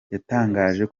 yatangaje